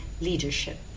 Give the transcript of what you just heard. leadership